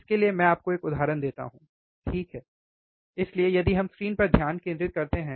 इसके लिए मैं आपको एक उदाहरण देता हूं ठीक है इसलिए यदि हम स्क्रीन पर ध्यान केंद्रित करते हैं